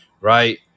right